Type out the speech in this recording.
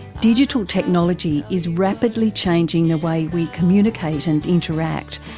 digital technology is rapidly changing the way we communicate and interact,